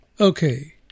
Okay